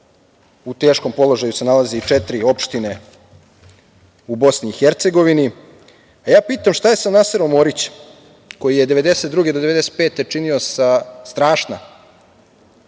u teškom položaju se nalaze četiri opštine u BiH, a ja pitam šta je sa Naserom Orićem, koji je 1992. do 1995. činio strašna